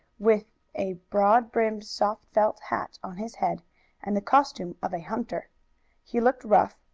with a broad-brimmed soft felt hat on his head and the costume of a hunter he looked rough,